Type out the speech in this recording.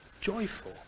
joyful